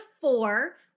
four